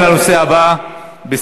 כבוד היושב-ראש, אני